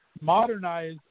modernize